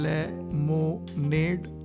Lemonade